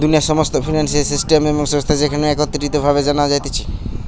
দুনিয়ার সমস্ত financial system এবং সংস্থা যেখানে একত্রিত ভাবে জানা যাতিছে